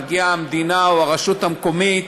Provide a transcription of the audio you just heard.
מגיעה המדינה או הרשות המקומית,